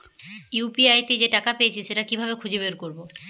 UPI তে যে টাকা পেয়েছি সেটা কিভাবে খুঁজে বের করবো?